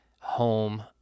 home